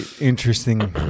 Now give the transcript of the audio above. interesting